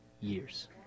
years